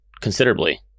considerably